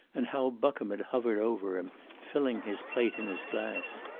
and how buckham had hovered over him, filling his plate and his glass.